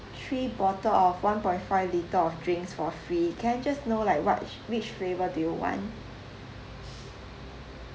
three bottle of one point five litre of drinks for free can I just know like what which flavour do you want